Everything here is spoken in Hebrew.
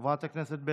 חבר הכנסת אלי כהן,